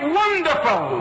wonderful